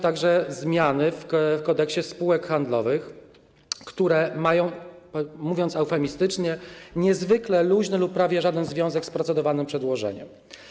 także zmiany w Kodeksie spółek handlowych, które mają, mówiąc eufemistycznie, niezwykle luźny lub prawie żaden związek z procedowanym przedłożeniem.